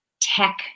tech